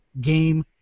game